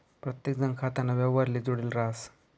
प्रत्येकजण खाताना व्यवहारले जुडेल राहस